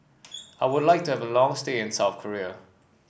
I would like to have a long stay in South Korea